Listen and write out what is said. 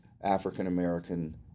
African-American